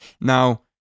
now